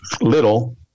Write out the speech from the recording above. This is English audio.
little